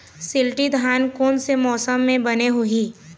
शिल्टी धान कोन से मौसम मे बने होही?